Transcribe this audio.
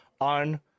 on